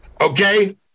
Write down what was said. Okay